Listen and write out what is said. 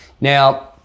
Now